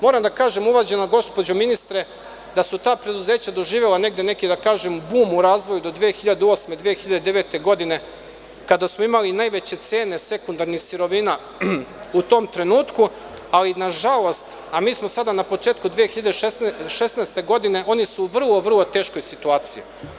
Moram da kažem uvažena gospođo ministre da su ta preduzeća doživela negde neki, da kažem, bum u razvoju do 2008. i 2009. godine, kada smo imali najveće cene sekundarnih sirovina u tom trenutku, ali nažalost, a mi smo sada na početku 2016. godine, oni su vrlo, vrlo u teškoj situaciji.